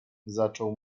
zaczął